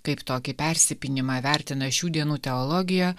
kaip tokį persipynimą vertina šių dienų teologija